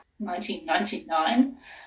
1999